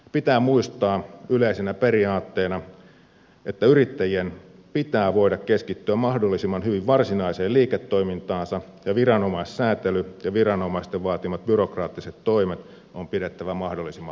pitää muistaa yleisenä periaatteena että yrittäjien pitää voida keskittyä mahdollisimman hyvin varsinaiseen liiketoimintaansa ja viranomaissäätely ja viranomaisten vaatimat byrokraattiset toimet on pidettävä mahdollisimman vähäisinä